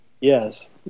yes